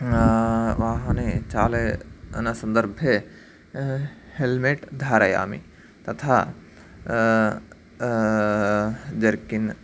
वाहने चालन सन्दर्भे हेल्मेट् धारयामि तथा जर्किन्